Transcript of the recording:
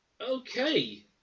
Okay